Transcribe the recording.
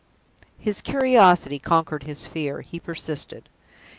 his curiosity conquered his fear. he persisted.